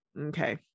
okay